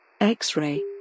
X-ray